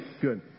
Good